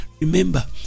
Remember